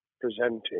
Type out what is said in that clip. presenting